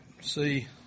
see